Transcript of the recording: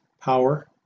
power